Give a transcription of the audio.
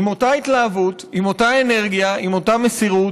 עם אותה התלהבות, עם אותה אנרגיה, עם אותה מסירות.